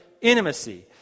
intimacy